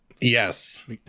Yes